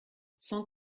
sans